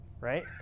right